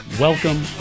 Welcome